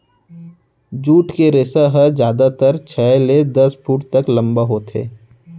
jute के रेसा ह जादातर छै ले दस फूट तक लंबा होथे